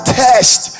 test